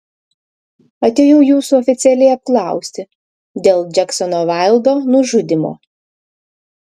atėjau jūsų oficialiai apklausti dėl džeksono vaildo nužudymo